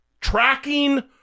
tracking